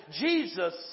Jesus